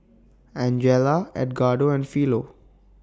Angela Edgardo and Philo